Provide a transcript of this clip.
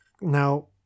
now